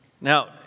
Now